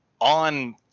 on